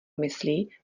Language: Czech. myslí